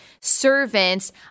servants